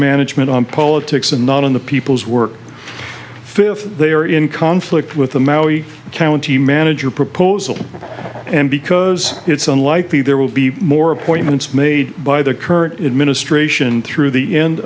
management on politics and not on the people's work fifth they are in conflict with the maui county manager proposal and because it's unlikely there will be more appointments made by the current administration through the end